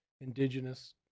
indigenous